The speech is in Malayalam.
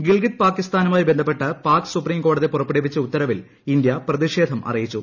ഗിൽഗിത് പാക്കിസ്ഥാനുമായി ബന്ധപ്പെട്ട് പാക്ക് സുപ്രീം കോടതി പുറപ്പെടുവിച്ച ഉത്തരവിൽ ഇന്ത്യ പ്രതിഷേധം അറിയിച്ചു